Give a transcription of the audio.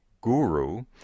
guru